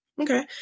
Okay